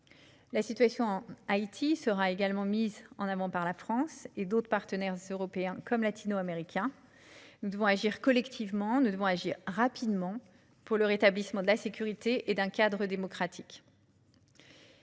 La situation à Haïti sera également mise en avant par la France et d'autres partenaires, européens comme latino-américains : nous devons agir collectivement et rapidement pour le rétablissement de la sécurité et d'un cadre démocratique.